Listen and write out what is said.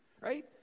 right